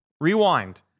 Rewind